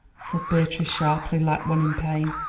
said beatrice sharply, like one in pain.